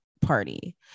party